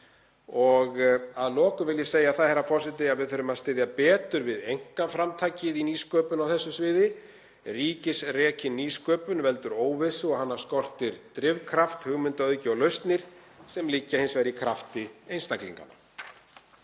Að lokum vil ég segja það, herra forseti, að við þurfum að styðja betur við einkaframtakið í nýsköpun á þessu sviði. Ríkisrekin nýsköpun veldur óvissu og hana skortir drifkraft, hugmyndaauðgi og lausnir sem liggja hins vegar í krafti einstaklinganna.